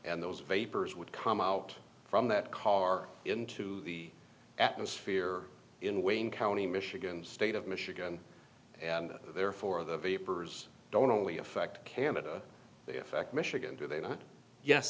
and those vapors would come out from that car into the atmosphere in wayne county michigan state of michigan and therefore the vapors don't only affect canada they affect michigan